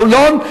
בחולון,